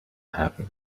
happen